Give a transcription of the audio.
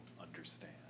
understand